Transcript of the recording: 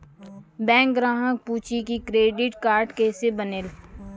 Bank ग्राहक पुछी की क्रेडिट कार्ड केसे बनेल?